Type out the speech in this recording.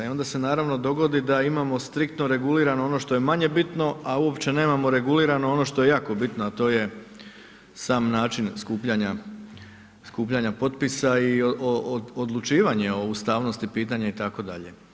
I onda se naravno dogodi da imamo striktno regulirano ono što je manje bitno, a uopće nemamo regulirano ono što je jako bitno, a to je sam način skupljanja, skupljanja potpisa i odlučivanja o ustavnosti pitanja itd.